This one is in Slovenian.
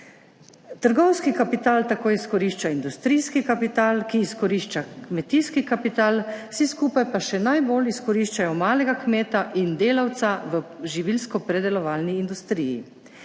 trgovski kapital tako izkorišča industrijski kapital, ki izkorišča kmetijski kapital, vsi skupaj pa še najbolj izkoriščajo malega kmeta in delavca v živilskopredelovalni industriji.